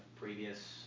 previous